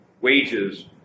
wages